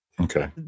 Okay